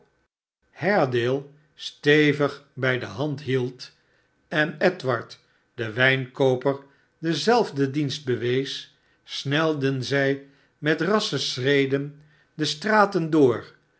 haredale stevig bij de hand hield en edward den wijnkooper denzelfden dienst bewees snelden zij met rassche schreden de straten door